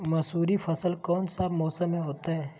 मसूर फसल कौन सा मौसम में होते हैं?